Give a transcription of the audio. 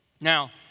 Now